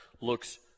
looks